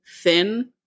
thin